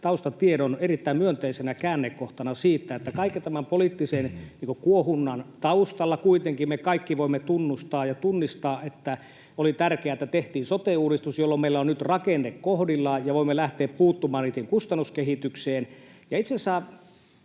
taustatiedon erittäin myönteisenä käännekohtana siitä, että kaiken tämän poliittisen kuohunnan taustalla kuitenkin me kaikki voimme tunnustaa ja tunnistaa, että oli tärkeää, että tehtiin sote-uudistus, jolloin meillä on nyt rakenne kohdillaan ja voimme lähteä puuttumaan kustannuskehitykseen. Itse asiassa